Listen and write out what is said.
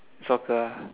soccer ah